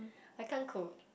I can't cook